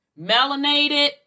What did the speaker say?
melanated